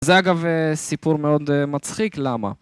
זה אגב סיפור מאוד מצחיק, למה?